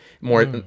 More